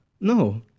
No